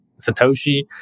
Satoshi